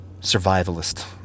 survivalist